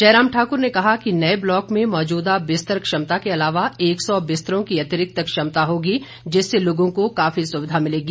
जयराम ठाकुर ने कहा कि नए ब्लॉक में मौजूदा बिस्तर क्षमता के अलावा एक सौ बिस्तरों की अतिरिक्त क्षमता होगी जिससे लोगों को काफी सुविधा मिलेगी